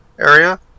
area